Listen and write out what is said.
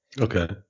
Okay